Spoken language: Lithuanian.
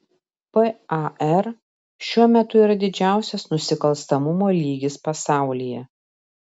par šiuo metu yra didžiausias nusikalstamumo lygis pasaulyje